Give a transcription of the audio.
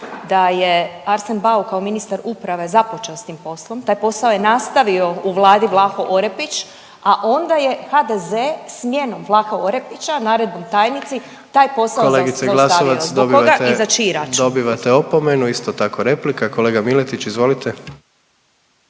da je Arsen Bauk kao ministar uprave započeo s tim poslom, taj posao je nastavio u vladi Vlaho Orepić, a onda je HDZ smjenom Vlaho Orepića naredbom tajnici taj posao zaustavio. .../Upadica: Kolegice Glasovac, dobivate… /... Zbog koga i za čiji